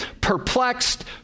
perplexed